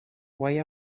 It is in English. why